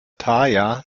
thaya